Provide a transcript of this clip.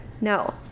No